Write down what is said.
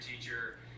teacher